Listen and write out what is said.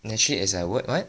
naturally as I work what